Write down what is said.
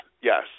Yes